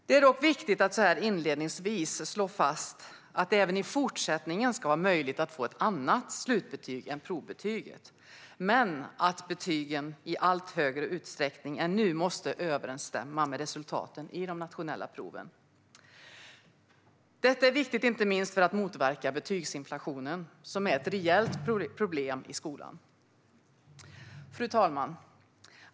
Det är dock viktigt att så här inledningsvis slå fast att det även i fortsättningen ska vara möjligt att få ett annat slutbetyg än provbetyget men att betygen i större utsträckning än nu måste överensstämma med resultaten i de nationella proven. Detta är viktigt inte minst för att motverka betygsinflationen, som är ett reellt problem i skolan. Fru talman!